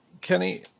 Kenny